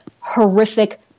horrific